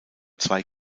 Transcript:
zwei